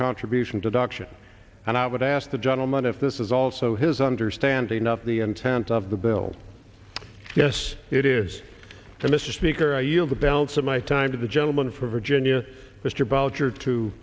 contribution deduction and i would ask the gentleman if this is also his understanding of the intent of the bill yes it is to mr speaker i yield the balance of my time to the gentleman from virginia mr boucher to